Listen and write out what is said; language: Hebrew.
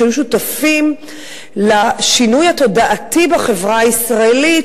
שהיו שותפים לשינוי התודעתי בחברה הישראלית